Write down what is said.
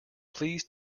please